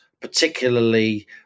particularly